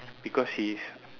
because he's